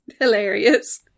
hilarious